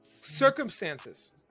circumstances